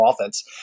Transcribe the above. offense